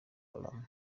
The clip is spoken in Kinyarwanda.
haram